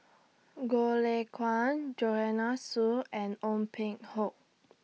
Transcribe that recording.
Goh Lay Kuan Joanne Soo and Ong Peng Hock